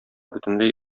бөтенләй